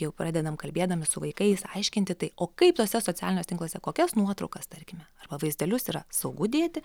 jau pradedam kalbėdami su vaikais aiškinti tai o kaip tuose socialiniuose tinkluose kokias nuotraukas tarkime arba vaizdelius yra saugu dėti